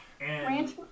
Ranch